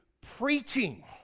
preaching